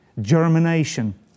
germination